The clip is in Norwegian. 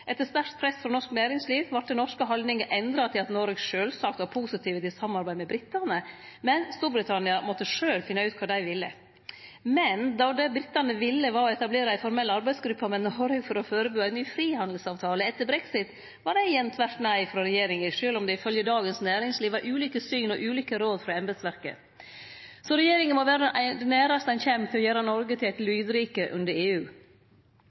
etter sterkt press frå norsk næringsliv – vart den norske haldninga endra til at Noreg sjølvsagt var positiv til samarbeid med britane, men Storbritannia måtte sjølv finne ut kva dei ville. Men då det britane ville var å etablere ei formell arbeidsgruppe med Noreg for å førebu ein ny frihandelsavtale etter brexit, var det igjen tvert nei frå regjeringa, sjølv om det ifølgje Dagens Næringsliv var ulike syn og ulike råd frå embetsverket. Så regjeringa må vere det næraste ein kjem det å gjere Noreg til eit lydrike under EU.